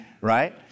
right